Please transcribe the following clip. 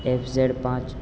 F Z પાંચ